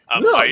No